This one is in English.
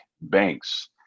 banks